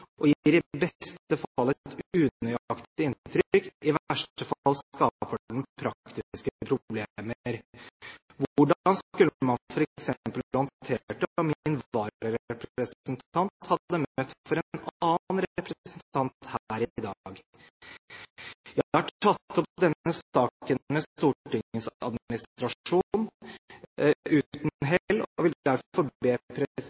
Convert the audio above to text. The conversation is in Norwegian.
og gir i beste fall et unøyaktig inntrykk, i verste fall skaper den praktiske problemer. Hvordan skulle man f.eks. håndtert det om min vararepresentant hadde møtt for en annen representant her i dag? Jeg har tatt opp denne saken med Stortingets administrasjon, uten